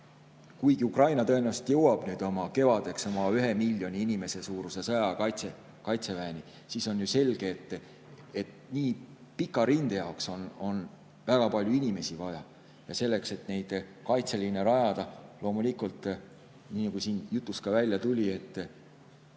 Kuigi Ukraina tõenäoliselt jõuab kevadeks 1 miljoni inimese suuruse sõjaaja kaitseväeni, on ju selge, et nii pika rinde jaoks on väga palju inimesi vaja. Aga kui neid kaitseliine rajada, siis loomulikult, nii nagu siin jutust ka välja tuli,